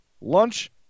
lunch